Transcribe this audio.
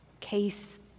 Case